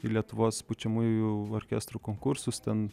į lietuvos pučiamųjų orkestrų konkursus ten